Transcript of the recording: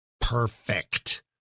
perfect